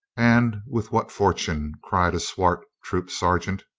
and with what fortune? cried a swart troop sergeant.